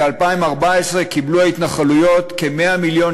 ב-2014 קיבלו ההתנחלויות כ-100 מיליון